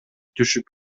түшүп